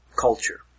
culture